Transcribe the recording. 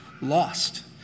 lost